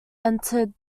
entered